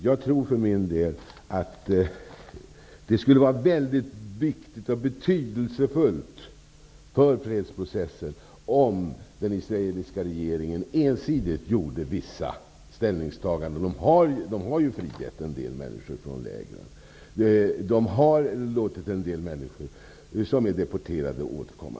Jag tror att det skulle vara viktigt och betydelsefullt för fredsprocessen om den israeliska regeringen ensidigt gjorde vissa ställningstaganden. De har ju frigett en del människor från lägren. De har låtit en del deporterade personer få återkomma.